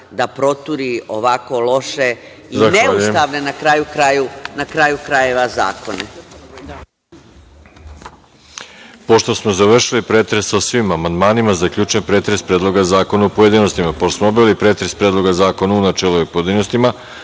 da proturi ovako loše i neustavne, na kraju krajeva, zakone.